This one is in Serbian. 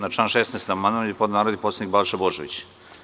Na član 16. amandman je podneo narodni poslanik Balša Božović.